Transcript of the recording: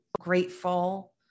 grateful